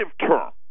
term